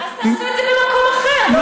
אז תעשו את זה במקום אחר,